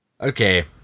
Okay